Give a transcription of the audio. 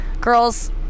girls